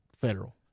federal